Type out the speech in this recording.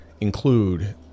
include